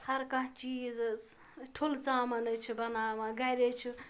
ہر کانٛہہ چیٖز حظ ٹھُلہٕ ژامَن حظ چھِ بَناوان گَرِ حظ چھِ